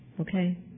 okay